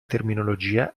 terminologia